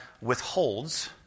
withholds